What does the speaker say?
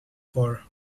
for